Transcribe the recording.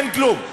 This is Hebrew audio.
אין כלום.